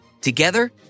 Together